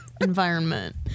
environment